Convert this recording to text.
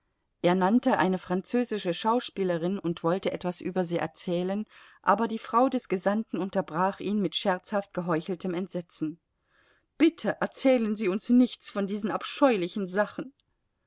er nannte eine französische schauspielerin und wollte etwas über sie erzählen aber die frau des gesandten unterbrach ihn mit scherzhaft geheucheltem entsetzen bitte erzählen sie uns nichts von diesen abscheulichen sachen